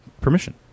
permission